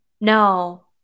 No